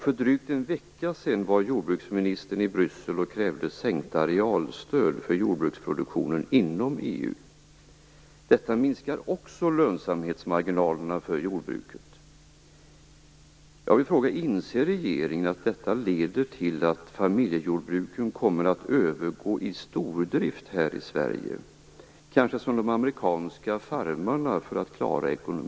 För drygt en vecka sedan var jordbruksministern i Bryssel och krävde sänkta arealstöd för jordbruksproduktionen inom EU. Också detta minskar jordbrukets lönsamhetsmarginaler. Jag vill fråga: Inser regeringen att detta leder till att familjejordbruken här i Sverige för att klara ekonomin kommer att övergå till stordrift, kanske på samma sätt som de amerikanska farmarna gjort?